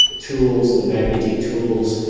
tools, the magnetic tools,